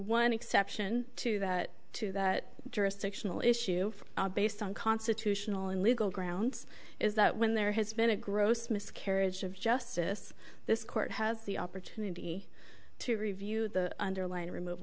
one exception to that to that jurisdictional issue based on constitutional and legal grounds is that when there has been a gross miscarriage of justice this court has the opportunity to review the underlying remov